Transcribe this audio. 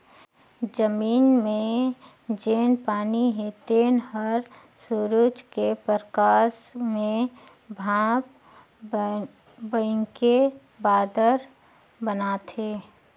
जमीन मे जेन पानी हे तेन हर सुरूज के परकास मे भांप बइनके बादर बनाथे